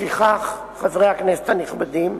לפיכך, חברי הכנסת הנכבדים,